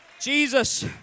Jesus